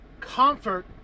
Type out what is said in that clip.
comfort